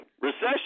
Recession